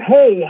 Hey